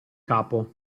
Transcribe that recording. capo